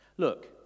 Look